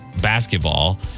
basketball